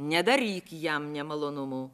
nedaryk jam nemalonumų